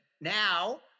Now